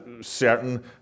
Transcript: Certain